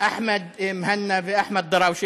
אחמד מהנא ואחמד דראוושה,